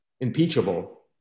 impeachable